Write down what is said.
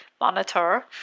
monitor